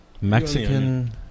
Mexican